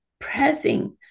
pressing